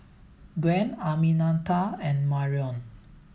Gwen Arminta and Marrion